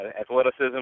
athleticism